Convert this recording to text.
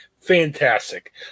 Fantastic